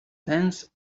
tense